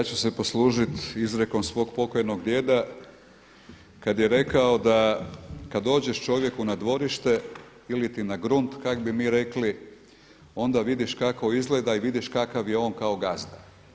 Ja ću se poslužiti izrekom svog pokojnog djeda kad je rekao da kad dođeš čovjeku na dvorište iliti na grunt kak bi mi rekli onda vidiš kako izgleda i vidiš kakav je on kao gazda.